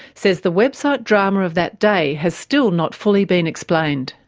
says the website drama of that day has still not fully been explained.